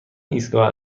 ایستگاه